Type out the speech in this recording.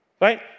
Right